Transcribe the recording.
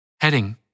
Heading